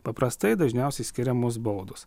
paprastai dažniausiai skiriamos baudos